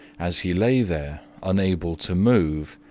as he lay there unable to move,